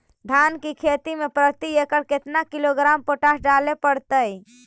धान की खेती में प्रति एकड़ केतना किलोग्राम पोटास डाले पड़तई?